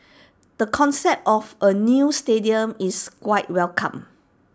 the concept of A new stadium is quite welcome